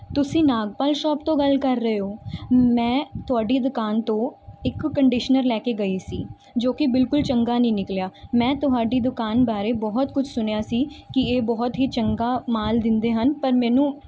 ਤੁਸੀਂ ਨਾਗਪਾਲ ਸ਼ੋਪ ਤੋਂ ਗੱਲ ਕਰ ਰਹੇ ਹੋ ਮੈਂ ਤੁਹਾਡੀ ਦੁਕਾਨ ਤੋਂ ਇੱਕ ਕੰਡੀਸ਼ਨਰ ਲੈ ਕੇ ਗਈ ਸੀ ਜੋ ਕਿ ਬਿਲਕੁਲ ਚੰਗਾ ਨਹੀਂ ਨਿਕਲਿਆ ਮੈਂ ਤੁਹਾਡੀ ਦੁਕਾਨ ਬਾਰੇ ਬਹੁਤ ਕੁਝ ਸੁਣਿਆ ਸੀ ਕਿ ਇਹ ਬਹੁਤ ਹੀ ਚੰਗਾ ਮਾਲ ਦਿੰਦੇ ਹਨ ਪਰ ਮੈਨੂੰ